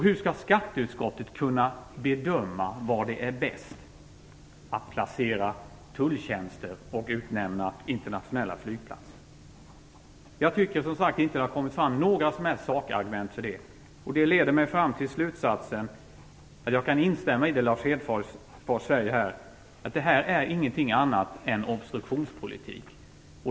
Hur skall skatteutskottet kunna bedöma var det är bäst att placera tulltjänster och utse internationella flygplatser? Jag tycker inte att det har kommit fram några som helst sakargument för detta. Jag kan instämma i vad Lars Hedfors säger, att detta inte är någonting annat än obstruktionspolitik.